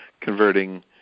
converting